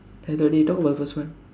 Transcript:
I already talk about the first one